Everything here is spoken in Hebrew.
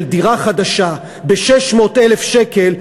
של דירה חדשה ב-600,000 שקל,